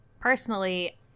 personally